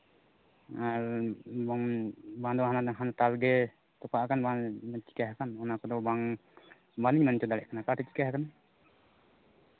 ᱟᱨ ᱮᱵᱚᱝ ᱵᱟᱝᱫᱚ ᱦᱟᱱᱟ ᱛᱟᱨᱜᱮ ᱛᱚᱯᱟᱜ ᱟᱠᱟᱱ ᱵᱟᱝᱫᱚ ᱪᱤᱠᱟᱹ ᱦᱟᱠᱟᱱ ᱚᱱᱟ ᱠᱚᱫᱚ ᱵᱟᱝ ᱵᱟᱹᱞᱤᱧ ᱢᱮᱱ ᱚᱪᱚ ᱫᱟᱲᱮᱜ ᱠᱟᱱᱟ ᱚᱠᱟᱴᱷᱮᱡ ᱪᱤᱠᱟᱹ ᱦᱟᱠᱟᱱᱟ